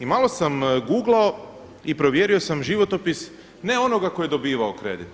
I malo sam guglao i provjerio sam životopis, ne onoga tko je dobivao kredit